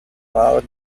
our